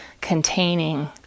containing